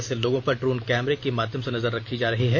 ऐसे लोगों पर ड्रोन कैमरे के माध्यम से नजर रखी जा रही है